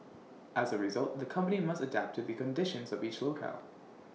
as A result the company must adapt to the conditions of each locale